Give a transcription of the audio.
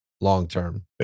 long-term